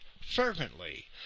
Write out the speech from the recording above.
fervently